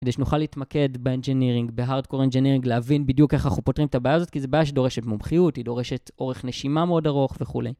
כדי שנוכל להתמקד באנג'נירינג, בהארדקור אנג'נירינג, להבין בדיוק איך אנחנו פותרים את הבעיה הזאת, כי זו בעיה שדורשת מומחיות, היא דורשת אורך נשימה מאוד ארוך וכולי.